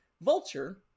Vulture